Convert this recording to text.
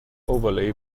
overlay